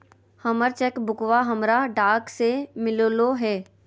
हमर चेक बुकवा हमरा डाक से मिललो हे